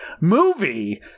movie